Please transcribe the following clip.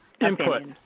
input